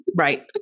Right